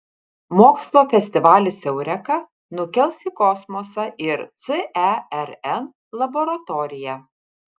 mokslo festivalis eureka nukels į kosmosą ir cern laboratoriją